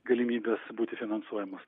galimybės būti finansuojamos